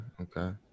okay